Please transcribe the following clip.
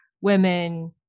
women